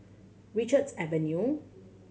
Richards Avenue